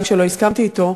גם כשלא הסכמתי אתו,